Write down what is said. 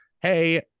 hey